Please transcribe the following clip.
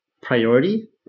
priority